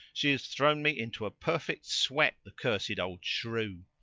she has thrown me into a perfect sweat, the cursed old shrew!